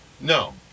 No